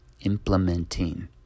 implementing